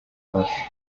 poche